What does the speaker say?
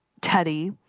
teddy